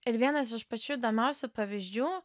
ir vienas iš pačių įdomiausių pavyzdžių